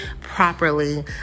properly